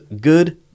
good